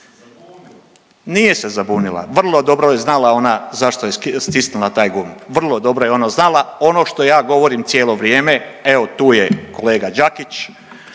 Nije se zabunila, vrlo je dobro znala zašto je stisnula taj gumb, vrlo je dobro ona znala. Ono što ja govorim cijelo vrijeme, evo tu je kolega Đakić,